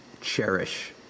cherish